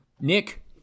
Nick